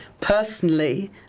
Personally